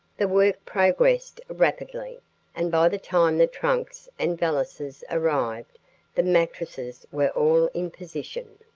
the work progressed rapidly and by the time the trunks and valises arrived the mattresses were all in position,